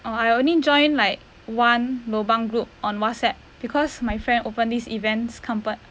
err I only join like one lobang group on Whatsapp because my friend open these events compa~